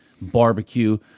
barbecue